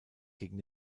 gegen